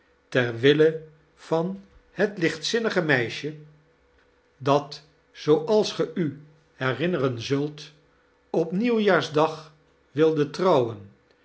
ter wille van het lichtziimige meisje dat zooals ge u herinneren zult op nieuwjaarsdag wilde trouwen